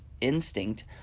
instinct